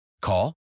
Call